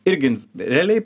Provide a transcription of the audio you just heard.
irgi realiai